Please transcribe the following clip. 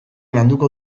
landuko